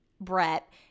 Brett